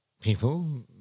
people